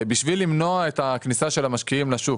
בשביל למנוע את הכניסה של המשקיעים לשוק.